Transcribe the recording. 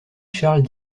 charles